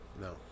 No